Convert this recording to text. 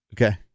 Okay